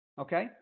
Okay